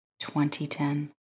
2010